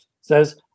says